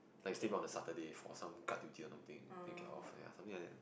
like stay on the Saturday for some guard duty or nothing then get off ya something like that